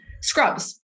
scrubs